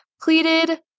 pleated